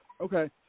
Okay